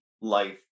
life